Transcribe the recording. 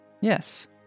yes